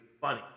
funny